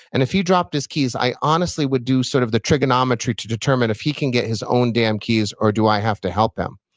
and if he dropped his keys, i honestly would do sort of the trigonometry to determine if he can get his own damn keys or do i have to help him.